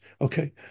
okay